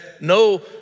no